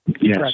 Yes